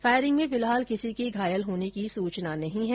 firing में फिलहाल किसी के घायल होने की सूचना नहीं है